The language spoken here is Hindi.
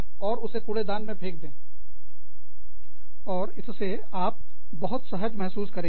और उसे कूड़ेदान में फेंक दें और इससे आप बहुत सहज महसूस करेंगे